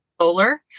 solar